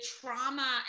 trauma